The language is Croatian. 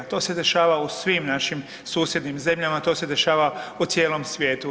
To se dešava u svim našim susjednim zemljama, to se dešava u cijelom svijetu.